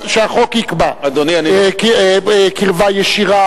שהחוק יקבע: קרבה ישירה,